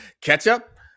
Ketchup